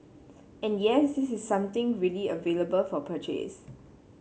and yes this is something really available for purchase